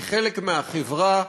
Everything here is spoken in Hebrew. כחלק מהחברה,